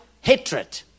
hatred